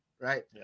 right